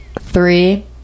three